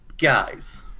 guys